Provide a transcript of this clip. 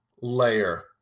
layer